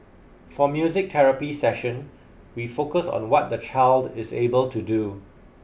for music therapy session we focus on what the child is able to do